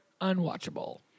unwatchable